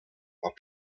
are